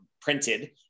printed